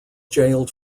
jailed